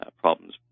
problems